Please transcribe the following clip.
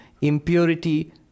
Impurity